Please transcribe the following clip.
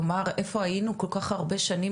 כלומר, איפה היינו כל כך הרבה שנים?